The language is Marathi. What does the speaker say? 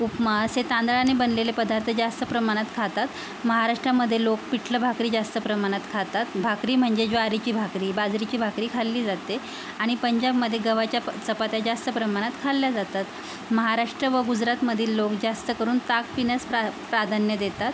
उपमा असे तांदळाने बनलेले पदार्थ जास्त प्रमाणात खातात महाराष्ट्रामधे लोक पिठलं भाकरी जास्त प्रमाणात खातात भाकरी म्हणजे ज्वारीची भाकरी बाजरीची भाकरी खाल्ली जाते आणि पंजाबमधे गव्हाच्या प चपात्या जास्त प्रमाणात खाल्ल्या जातात महाराष्ट्र व गुजरातमधील लोक जास्त करून ताक पिण्यास प्रा प्राधान्य देतात